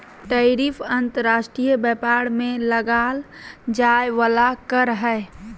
tariff अंतर्राष्ट्रीय व्यापार में लगाल जाय वला कर हइ